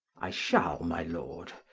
i shall, my lord.